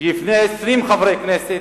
כי לפני 20 חברי כנסת,